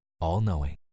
all-knowing